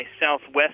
Southwest